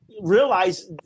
realize